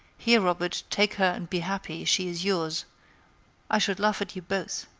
here, robert, take her and be happy she is yours i should laugh at you both.